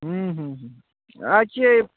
हूँ हूँ हूँ अच्छे